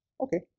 okay